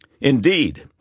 Indeed